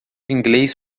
inglês